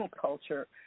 culture